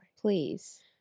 Please